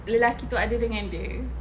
lelaki itu ada dengan dia